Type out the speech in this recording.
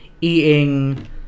eating